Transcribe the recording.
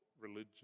religion